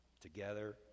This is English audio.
Together